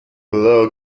below